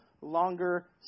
longer